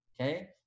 Okay